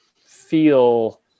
feel